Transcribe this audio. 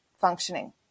functioning